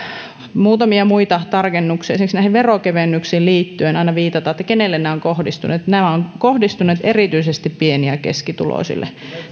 muutamia muita tarkennuksia esimerkiksi näihin veronkevennyksiin liittyen aina viitataan siihen kenelle nämä ovat kohdistuneet nämä ovat kohdistuneet erityisesti pieni ja ja keskituloisille